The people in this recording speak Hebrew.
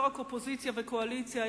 לא רק אופוזיציה וקואליציה,